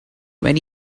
when